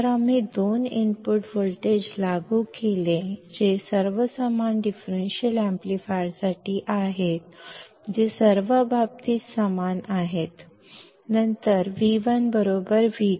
जर आम्ही दोन इनपुट व्होल्टेज लागू केले जे सर्व समान डिफरेंशियल एम्पलीफायरसाठी आहेत जे सर्व बाबतीत समान आहेत नंतर V1 V2